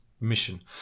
mission